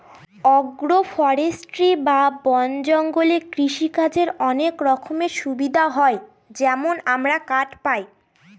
agro forestry বা বন জঙ্গলে কৃষিকাজের অনেক রকমের সুবিধা হয় যেমন আমরা কাঠ পায়